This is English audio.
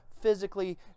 physically